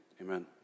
amen